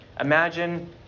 imagine